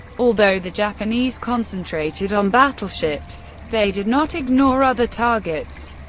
although the japanese concentrated on battleships, they did not ignore other targets.